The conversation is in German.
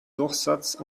durchsatz